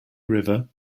river